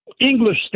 English